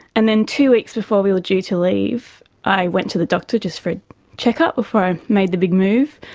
and then two weeks before we were due to leave i went to the doctor just for a check-up before i made the big move,